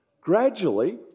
Gradually